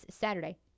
Saturday